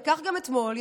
וכך גם אתמול,